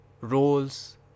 roles